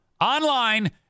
Online